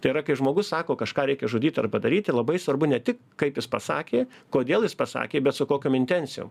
tai yra kai žmogus sako kažką reikia žudyt ar padaryti labai svarbu ne tik kaip jis pasakė kodėl jis pasakė bet su kokiom intencijom